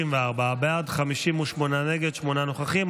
בעד, 34, נגד, 58, שמונה נוכחים.